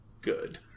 good